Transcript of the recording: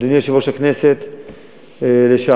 אדוני יושב-ראש הכנסת לשעבר,